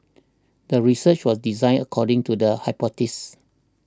the research was designed according to the hypothesis